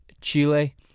Chile